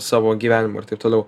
savo gyvenimu ir taip toliau